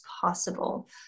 possible